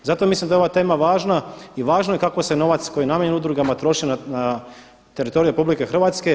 Zato mislim da je ova tema važna i važno je kako se novac koji je namijenjen udrugama troši na teritoriju RH.